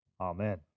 amen